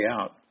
out